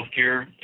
Healthcare